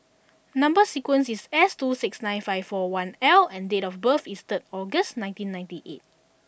number sequence is S two six nine seven five four one L and date of birth is third August nineteen ninety eight